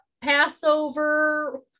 Passover